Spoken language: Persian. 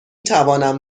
توانم